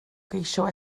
geisio